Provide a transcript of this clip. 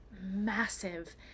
massive